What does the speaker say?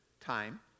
Time